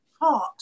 heart